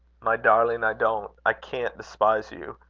my darling, i don't, i can't despise you.